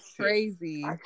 crazy